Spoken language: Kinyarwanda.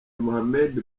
mohamed